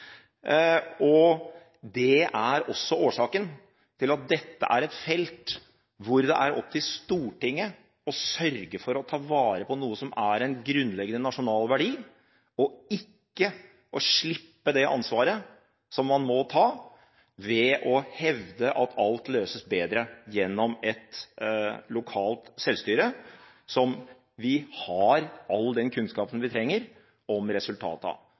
scooterantallet. Det er også årsaken til at dette er et felt hvor det er opp til Stortinget å sørge for å ta vare på noe som er en grunnleggende nasjonal verdi, og ikke å slippe det ansvaret som man må ta, ved å hevde at alt løses bedre gjennom et lokalt selvstyre, som vi har all den kunnskapen vi trenger om